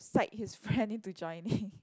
psych his friend into joining